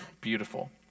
beautiful